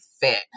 fit